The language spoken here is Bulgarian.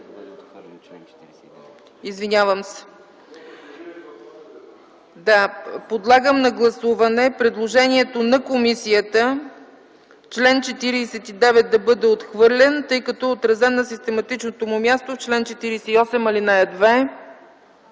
Няма. Подлагам на гласуване предложението на комисията чл. 49 да бъде отхвърлен, тъй като е отразен на систематичното му място в чл. 48, ал. 2.